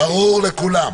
ברור לכולם.